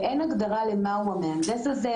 אין הגדרה למהו המהנדס הזה,